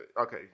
okay